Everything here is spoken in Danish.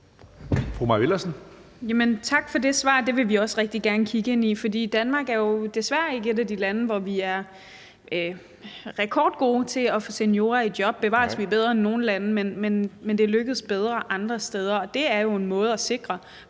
Tak for det svar. Det vil vi også rigtig gerne kigge ind i, for Danmark er jo desværre ikke et af de lande, hvor vi er rekordgode til at få seniorer i job. Bevares, vi er bedre end nogle lande, men det lykkes bedre andre steder. Og det er jo en måde at sikre,